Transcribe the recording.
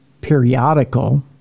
periodical